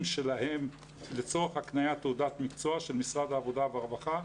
שלהם לצורך הקניית תעודת מקצוע של משרד העבודה והרווחה,